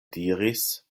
diris